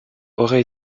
aurait